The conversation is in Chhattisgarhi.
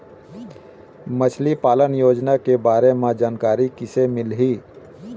मछली पालन योजना के बारे म जानकारी किसे मिलही?